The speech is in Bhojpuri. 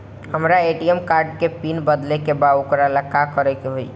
हमरा ए.टी.एम कार्ड के पिन बदले के बा वोकरा ला का करे के होई?